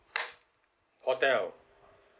hotel